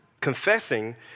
Confessing